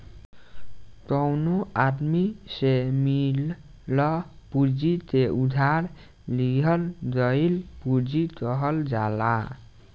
कवनो आदमी से मिलल पूंजी के उधार लिहल गईल पूंजी कहल जाला